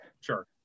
sure